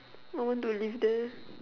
I want to live there